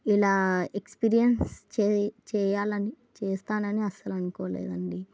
ఇలా ఎక్స్పీరియన్స్ చే చెయ్యాలని చేస్తానని అస్సలు అనుకోలేదండి